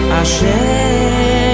asher